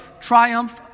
triumph